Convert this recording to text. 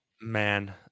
man